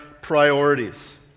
priorities